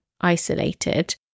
isolated